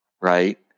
right